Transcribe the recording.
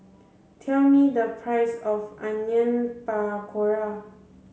tell me the price of Onion Pakora